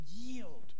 yield